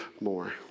more